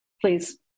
please